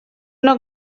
una